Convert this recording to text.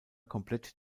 komplett